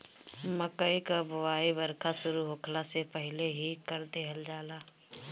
मकई कअ बोआई बरखा शुरू होखला से पहिले ही कर देहल जाला